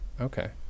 okay